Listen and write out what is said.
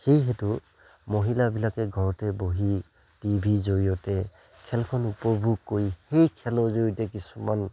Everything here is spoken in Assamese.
সেইহেতু মহিলাবিলাকে ঘৰতে বহি টি ভিৰ জৰিয়তে খেলখন উপভোগ কৰি সেই খেলৰ জৰিয়তে কিছুমান